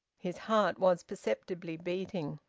his heart was perceptibly beating.